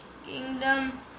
kingdom